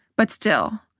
but still,